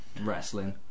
Wrestling